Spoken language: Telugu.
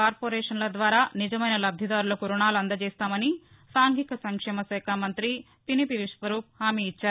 కార్పొరేషన్ల ద్వారా నిజమైన లబ్దిదారులకు రుణాలు అందజేస్తామని సాంఘిక సంక్షేమ శాఖ మంతి పినిపి విశ్వరూప్ హామీ ఇచ్చారు